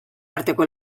arteko